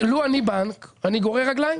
אני בנק אני גורר רגליים.